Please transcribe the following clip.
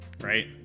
right